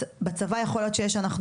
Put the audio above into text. בצבא יכול להיות שיש שילוב,